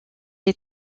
est